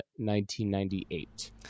1998